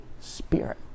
Spirit